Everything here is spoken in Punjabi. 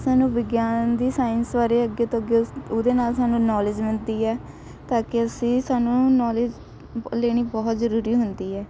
ਸਾਨੂੰ ਵਿਗਿਆਨ ਦੀ ਸਾਇੰਸ ਬਾਰੇ ਅੱਗੇ ਤੋਂ ਅੱਗੇ ਉਸ ਉਹਦੇ ਨਾਲ ਸਾਨੂੰ ਨੌਲੇਜ ਮਿਲਦੀ ਹੈ ਤਾਂ ਕਿ ਅਸੀਂ ਸਾਨੂੰ ਨੌਲੇਜ ਲੈਣੀ ਬਹੁਤ ਜ਼ਰੂਰੀ ਹੁੰਦੀ ਹੈ